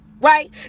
Right